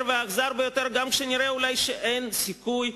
והאכזר ביותר גם כשנראה אולי שאין סיכוי,